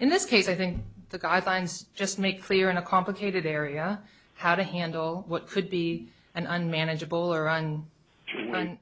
in this case i think the guidelines just make clear in a complicated area how to handle what could be an unmanageable around